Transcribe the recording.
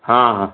ହଁ ହଁ